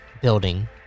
building